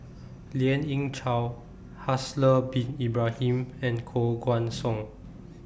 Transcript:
Lien Ying Chow Haslir Bin Ibrahim and Koh Guan Song